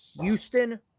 Houston